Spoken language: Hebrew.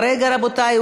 רבותי,